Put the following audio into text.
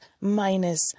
minus